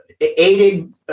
aided